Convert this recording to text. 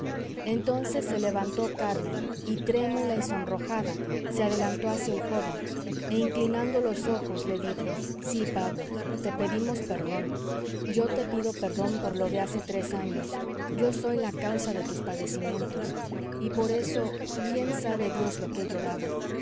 entonces se levantó carmen y trémula y sonrojada se adelantó hacia el joven e inclinando los ojos le dijo sí pablo te pedimos perdón yo te pido perdón por lo de hace tres años yo soy la causa de tus padecimientos y por eso bien sabe dios lo que he llorado